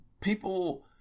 people